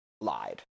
lied